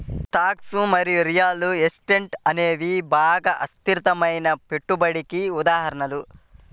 stocks మరియు real estate అనేవి బాగా అస్థిరమైన పెట్టుబడికి ఉదాహరణలు